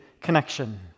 connection